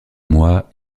mois